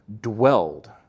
dwelled